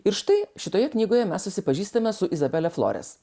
ir štai šitoje knygoje mes susipažįstame su izabele flores